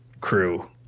crew